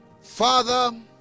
father